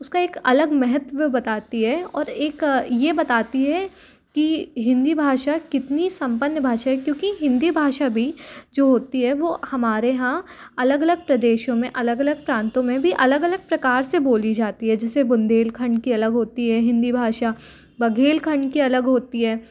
उसका एक अलग महत्व बताती है और एक ये बताती है कि हिन्दी भाषा कितनी सम्पन्न भाषा है क्योंकि हिन्दी भाषा भी जो होती है वो हमारे यहाँ अलग अलग प्रदेशों में अलग अलग प्रांतों में भी अलग अलग प्रकार से बोली जाती है जिसे बुन्देलखंड की अलग होती है हिन्दी भाषा बघेलखंड की अलग होती है